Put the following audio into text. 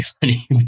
funny